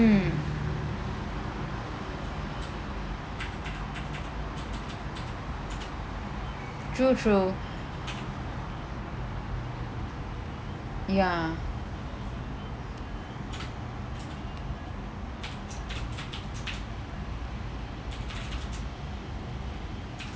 mm true true ya